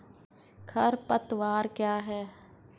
खरपतवार क्या है?